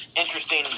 interesting